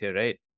right